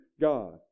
God